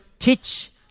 Teach